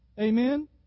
Amen